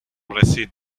رسید